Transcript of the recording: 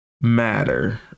matter